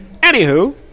Anywho